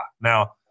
Now